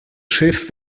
schiff